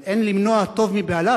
אבל אין למנוע טוב מבעליו,